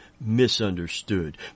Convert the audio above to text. misunderstood